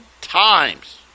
times